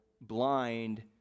blind